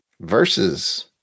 versus